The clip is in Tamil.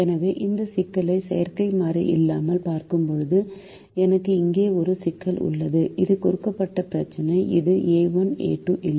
எனவே இந்த சிக்கலை செயற்கை மாறி இல்லாமல் பார்க்கும்போது எனக்கு இங்கே ஒரு சிக்கல் உள்ளது இது கொடுக்கப்பட்ட பிரச்சினை இது a1 a2 இல்லை